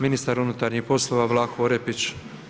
Ministar unutarnjih poslova Vlaho Orepić.